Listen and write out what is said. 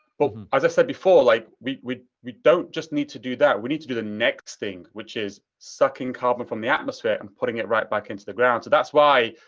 but as i said before, like we we don't just need to do that. we need to do the next thing, which is sucking carbon from the atmosphere and putting it right back into the ground. so that's why,